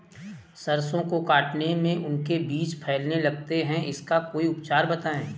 सरसो को काटने में उनके बीज फैलने लगते हैं इसका कोई उपचार बताएं?